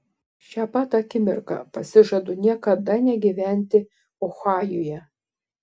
šią pat akimirką pasižadu niekada negyventi ohajuje